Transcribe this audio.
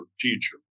teacher